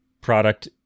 product